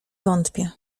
wątpię